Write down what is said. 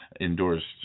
endorsed